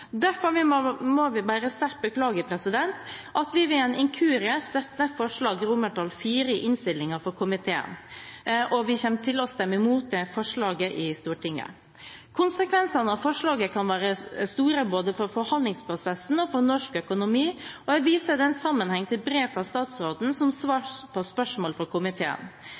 Derfor må vi bare sterkt beklage at vi ved en inkurie støtter IV i innstillingen fra komiteen, og vi kommer til å stemme imot det forslaget. Konsekvensene av forslaget kan være store både for forhandlingsprosessen og for norsk økonomi, og jeg viser i den sammenheng til brev fra statsråden som svar på spørsmål fra komiteen.